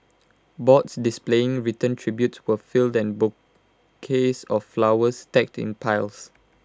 boards displaying written tributes were filled and bouquets of flowers stacked in piles